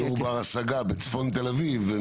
דיור בר השגה בצפון תל אביב.